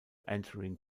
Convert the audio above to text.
entering